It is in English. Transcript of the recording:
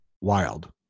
wild